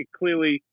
clearly